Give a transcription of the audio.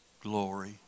glory